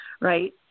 right